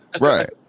Right